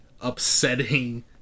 upsetting